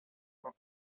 for